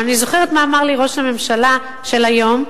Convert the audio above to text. אבל אני זוכרת מה אמר לי ראש הממשלה של היום,